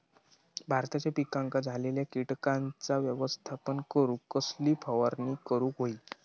भाताच्या पिकांक झालेल्या किटकांचा व्यवस्थापन करूक कसली फवारणी करूक होई?